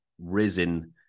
risen